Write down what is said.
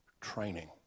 training